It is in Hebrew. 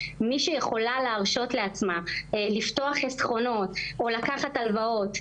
מי שיכולה להרשות לעצמה לפתוח חסכונות או לקחת הלוואות,